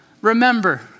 remember